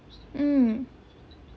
mm